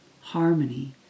harmony